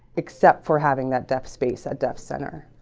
except for having that deaf space at deaf center.